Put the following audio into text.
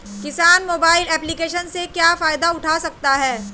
किसान mobile application से क्या फायदा उठा सकता है?